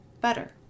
better